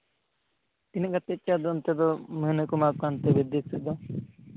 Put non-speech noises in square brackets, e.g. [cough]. ᱛᱤᱱᱟᱹᱜ ᱠᱟᱛᱮᱫ ᱪᱚ ᱟᱫᱚ ᱚᱱᱛᱮ ᱫᱚ ᱢᱟᱹᱦᱱᱟᱹ ᱠᱚ ᱮᱢᱟ ᱠᱚ ᱠᱟᱱ [unintelligible] ᱥᱮᱫ ᱫᱚ